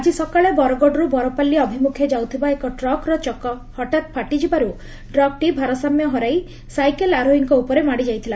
ଆଜି ସକାଳେ ବରଗଡ଼ରୁ ବରପାଲି ଅଭିମୁଖେ ଯାଉଥିବା ଏକ ଟ୍ରକର ଚକ ହଠାତ ଫାଟି ଯିବାରୁ ଟ୍ରକଟି ଭାରସାମ୍ୟ ହରାଇ ସାଇକେଲ ଆରୋହୀଙ୍କ ଉପରେ ମାଡ଼ି ଯାଇଥିଲା